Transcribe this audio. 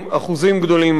אחוזים גדולים מאוד.